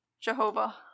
Jehovah